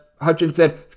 Hutchinson